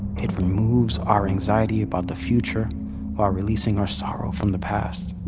it removes our anxiety about the future while releasing our sorrow from the past